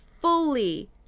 fully